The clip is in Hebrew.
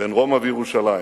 בין רומא וירושלים,